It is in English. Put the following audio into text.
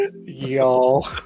Y'all